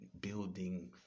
building